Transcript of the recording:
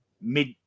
mid